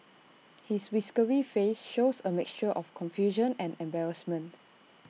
his whiskery face shows A mixture of confusion and embarrassment